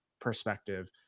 perspective